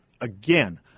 Again